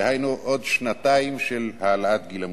דהיינו עוד שנתיים של העלאת גיל המושגח.